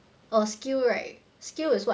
orh skill right skill is what